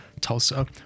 Tulsa